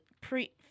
pre